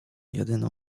jedyną